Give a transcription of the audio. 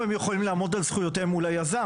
היום הם יכולים על זכויותיהם מול היזם.